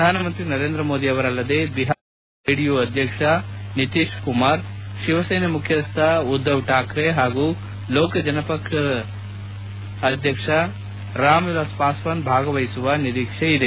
ಪ್ರಧಾನಮಂತ್ರಿ ನರೇಂದ್ರ ಮೋದಿ ಅವರಲ್ಲದೇ ಬಿಹಾರದ ಮುಖ್ಯಮಂತ್ರಿ ಮತ್ತು ಜೆಡಿಯು ಅಧ್ಯಕ್ಷ ನಿತೀಶ್ ಕುಮಾರ್ ಶಿವಸೇನೆ ಮುಖ್ಯಸ್ಥ ಉದ್ಧವ್ ಠಾಕ್ರೆ ಹಾಗೂ ಲೋಕಜನಶಕ್ತಿ ಪಕ್ಷದ ಅಧ್ಯಕ್ಷ ರಾಮ್ವಿಲಾಸ್ ಪಾಸ್ವಾನ್ ಭಾಗವಹಿಸುವ ನಿರೀಕ್ಷೆ ಇದೆ